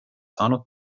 saanud